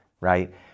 right